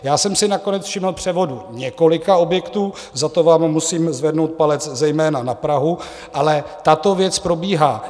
Já jsem si nakonec všiml převodu několika objektů, za to vám musím zvednout palec, zejména na Prahu, ale tato věc probíhá.